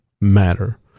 matter